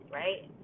right